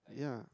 yeah